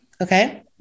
Okay